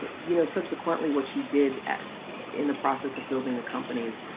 but you know, subsequently what she did in the process of building the companies,